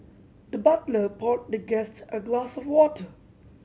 the butler poured the guest a glass of water